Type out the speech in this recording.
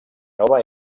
nova